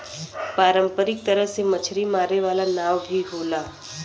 पारंपरिक तरह से मछरी मारे वाला नाव भी होला